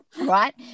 Right